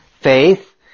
faith